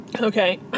Okay